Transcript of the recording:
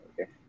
Okay